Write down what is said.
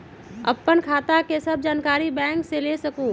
आपन खाता के सब जानकारी बैंक से ले सकेलु?